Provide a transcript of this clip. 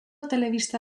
telebista